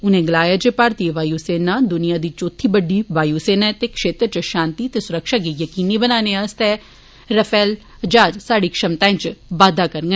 उनें गलाया जे भारतीय वायु सेना दुनिया दी चौथी बड्डी वायु सेना ऐ ते क्षेत्र च शांति ते सुरक्षा गी यकीनी बनाने आस्तै राफेल ज्हाज स्हाद़ी क्षमताएं च बाद्दा करोग